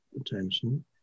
attention